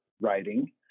writing